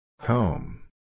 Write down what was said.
Home